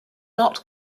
not